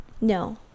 No